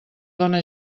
dona